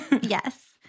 Yes